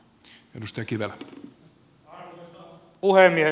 arvoisa puhemies